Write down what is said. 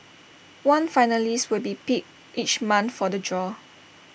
one finalist will be picked each month for the draw